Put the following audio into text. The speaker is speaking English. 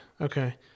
okay